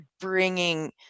bringing